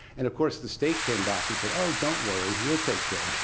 and of course the state came back and said, oh, don't worry we'll take care.